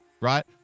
right